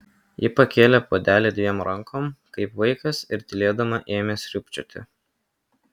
ji pakėlė puodelį dviem rankom kaip vaikas ir tylėdama ėmė sriubčioti